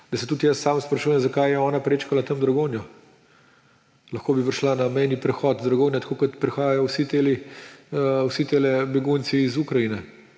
da se tudi sam sprašujem, zakaj je ona tam prečkala Dragonjo. Lahko bi prišla na mejni prehod Dragonje, tako kot prihajajo vsi te begunci iz Ukrajine,